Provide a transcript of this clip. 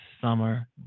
summer